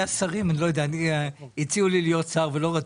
השרים הציעו לי להיות שר ולא רציתי.